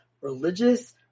religious